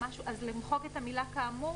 אז למחוק את המילה "כאמור"?